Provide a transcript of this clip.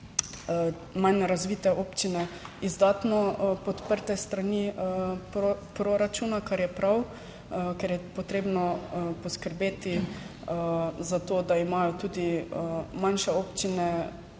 manj razvite občine izdatno podprte s strani proračuna, kar je prav, ker je potrebno poskrbeti za to, da imajo tudi manjše občine